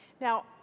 Now